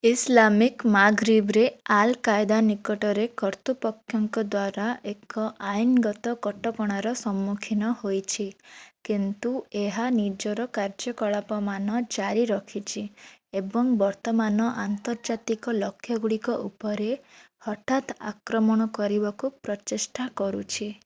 Islamic ମାଘ୍ରିବ୍ରେ Al Qaeda ନିକଟରେ କର୍ତ୍ତୃପକ୍ଷଙ୍କ ଦ୍ୱାରା ଏକ ଆଇନ୍ଗତ କଟକଣାର ସମ୍ମୁଖୀନ ହୋଇଛି କିନ୍ତୁ ଏହା ନିଜର କାର୍ଯ୍ୟକଳାପମାନ ଜାରି ରଖିଛି ଏବଂ ବର୍ତ୍ତମାନ ଆନ୍ତର୍ଜାତିକ ଲକ୍ଷ୍ୟଗୁଡ଼ିକ ଉପରେ ହଠାତ୍ ଆକ୍ରମଣ କରିବାକୁ ପ୍ରଚେଷ୍ଟା କରୁଛି